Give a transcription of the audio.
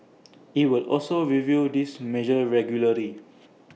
IT will also review these measures regularly